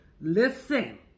Listen